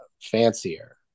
fancier